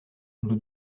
nous